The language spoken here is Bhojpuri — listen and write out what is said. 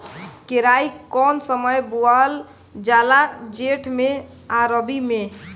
केराई कौने समय बोअल जाला जेठ मैं आ रबी में?